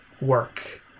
work